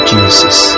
Jesus